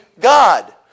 God